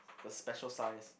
the special size